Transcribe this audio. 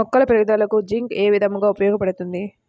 మొక్కల పెరుగుదలకు జింక్ ఏ విధముగా ఉపయోగపడుతుంది?